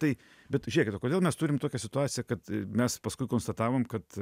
tai bet žiūrėkit o kodėl mes turim tokią situaciją kad mes paskui konstatavom kad